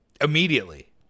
Immediately